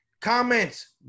Comments